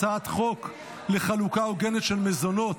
הצעת חוק לחלוקה הוגנת של מזונות,